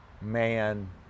man